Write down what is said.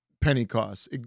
Pentecost